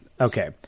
Okay